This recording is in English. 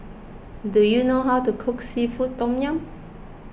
do you know how to cook Seafood Tom Yum